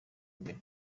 mbere